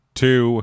two